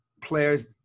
players